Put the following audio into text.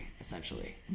Essentially